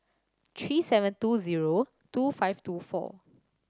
three seven two zero two five two four